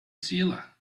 sealer